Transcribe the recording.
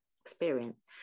experience